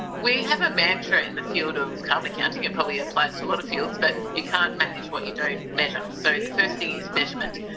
we have a mantra in the field of carbon accounting and it probably applies to a lot of fields, but you can't manage what you don't measure, so the first thing is measurement.